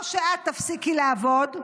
או שאת תפסיקי לעבוד,